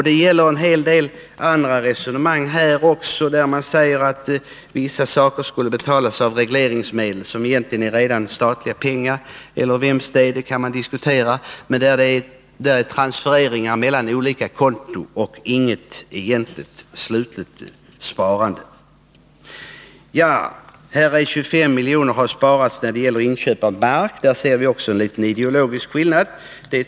Detta gäller också en hel del andra resonemang enligt vilka vissa saker skulle betalas med regleringsmedel som egentligen redan är statliga pengar, fast man kan ju diskutera vems pengar det är. Det rör sig emellertid om transfereringar mellan olika konton, varför det inte är något egentligt sparande. Det har också sparats 25 milj.kr. när det gäller inköp av mark, och här ser vi också en liten ideologisk skillnad.